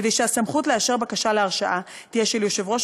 כדי שהסמכות לאשר בקשה להרשאה תהיה של יושב-ראש